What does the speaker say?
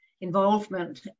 involvement